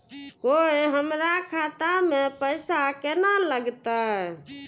कोय हमरा खाता में पैसा केना लगते?